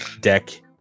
deck